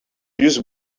use